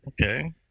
Okay